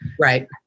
Right